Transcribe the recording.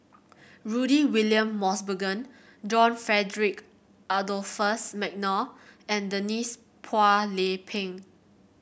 Rudy William Mosbergen John Frederick Adolphus McNair and Denise Phua Lay Peng